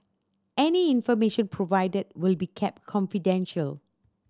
any information provided will be kept confidential